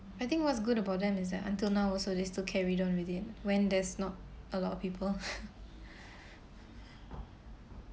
I think what's good about them is that until now also they still carried on with it when there's not a lot of people